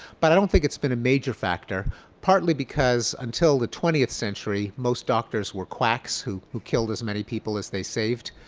but i don't think it's been a major factor partly because, until the twentieth century, most doctors were quacks who who killed as many people as they saved.